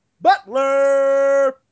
Butler